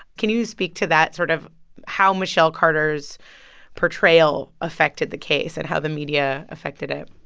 can you speak to that, sort of how michelle carter's portrayal affected the case and how the media affected it?